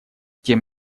тем